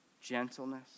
gentleness